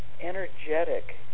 energetic